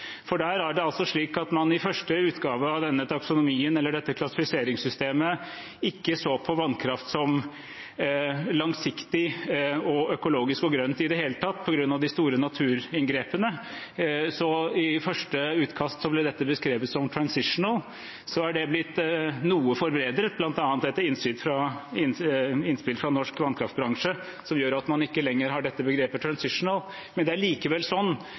er altså slik at man i første utgave av denne taksonomien, eller dette klassifiseringssystemet, ikke så på vannkraft som langsiktig, økologisk og grønt i det hele tatt, på grunn av de store naturinngrepene. I første utkast ble dette beskrevet som «transitional». Det er blitt noe forbedret, bl.a. etter innspill fra norsk vannkraftbransje, som gjør at man ikke lenger har dette begrepet «transitional», men det er likevel sånn